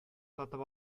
сатып